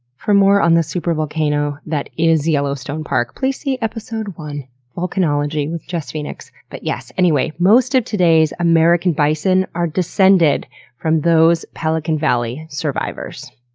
for more on the super volcano that is yellowstone park, please see episode one volcanology with jess phoenix. but yes, anyway, most of today's american bison are descended from those pelican valley survivors.